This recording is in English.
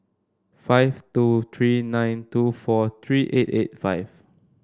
five two three nine two four three eight eight five